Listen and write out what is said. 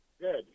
Good